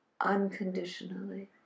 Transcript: unconditionally